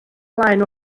blaen